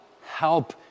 help